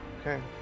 Okay